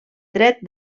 dret